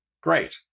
Great